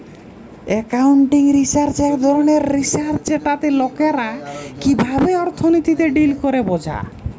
accounting research এক ধরণের research যেটাতে লোকরা কিভাবে অর্থনীতিতে ডিল করে বোঝা